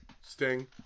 Sting